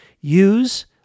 use